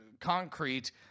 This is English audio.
concrete